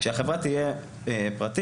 שהחברה תהיה פרטית.